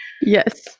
Yes